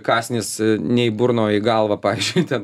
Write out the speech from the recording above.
kąsnis ne į burną o į galvą pavyzdžiui ten